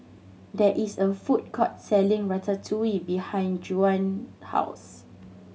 there is a food court selling Ratatouille behind Juan house